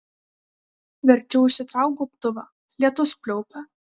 verčiau užsitrauk gobtuvą lietus pliaupia